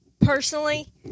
Personally